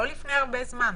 לא לפני הרבה זמן.